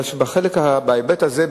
משום שבהיבט הזה,